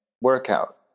workout